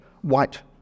white